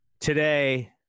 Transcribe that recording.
Today